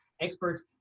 experts